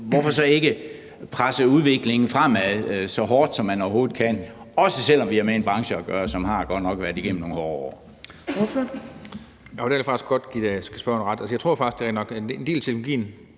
hvorfor så ikke presse udviklingen fremad, så hårdt som man overhovedet kan, også selv om vi har med en branche at gøre, som godt nok har været igennem nogle hårde år?